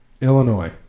Illinois